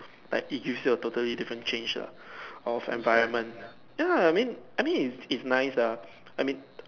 like it gives you a totally different change lah of environment ya I mean I mean it's it's nice ah I mean